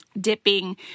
Dipping